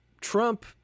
Trump